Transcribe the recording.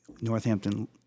northampton